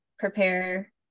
prepare